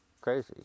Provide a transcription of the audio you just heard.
crazy